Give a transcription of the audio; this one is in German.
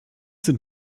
sind